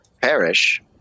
perish